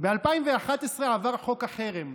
ב-2011 עבר חוק החרם,